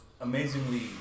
amazingly